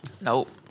Nope